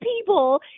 people